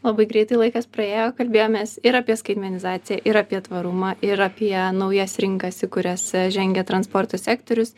labai greitai laikas praėjo kalbėjomės ir apie skaitmenizaciją ir apie tvarumą ir apie naujas rinkas į kurias žengia transporto sektorius